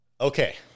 okay